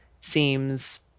seems